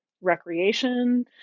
recreation